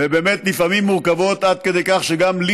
ובאמת לפעמים מורכבות עד כדי כך שגם לי